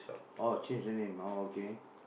or change the name orh okay